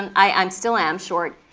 and i um still am short,